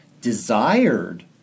desired